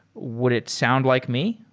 would it sound like me?